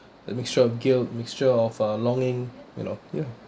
the mixture of guilt mixture of uh longing you know ya